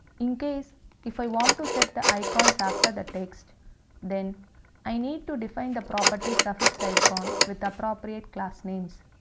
in case if i want to set the icons after that text then i need to define the property suffixicon with appropriate class names.